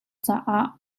caah